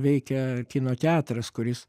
veikia kino teatras kuris